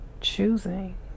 Choosing